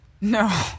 No